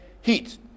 heat